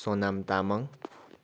Sonam Tamang